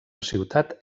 ciutat